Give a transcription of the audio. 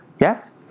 Yes